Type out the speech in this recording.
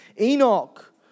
Enoch